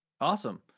Awesome